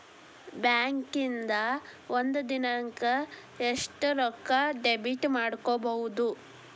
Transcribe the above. ಬ್ಯಾಂಕಿಂದಾ ಒಂದಿನಕ್ಕ ಎಷ್ಟ್ ರೊಕ್ಕಾ ಡೆಬಿಟ್ ಮಾಡ್ಕೊಬಹುದು?